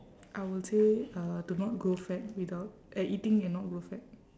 I will say uh to not grow fat without uh eating and not grow fat